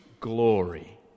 glory